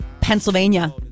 Pennsylvania